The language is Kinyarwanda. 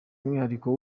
umwihariko